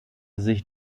sich